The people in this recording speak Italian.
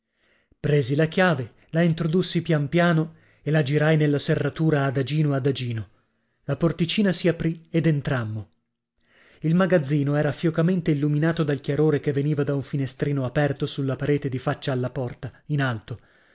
presi la chiave la introdussi pian piano e la girai nella serratura adagino adagino la porticina si aprì ed entrammo il magazzino era fiocamente illuminato dal chiarore che veniva da un finestrino aperto sulla parete difaccia alla porta in alto